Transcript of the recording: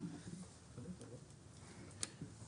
נכון.